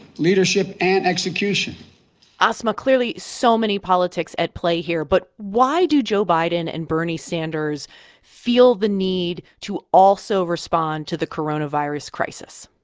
leadership and execution asma, clearly, so many politics at play here but why do joe biden and bernie sanders feel the need to also respond to the coronavirus crisis?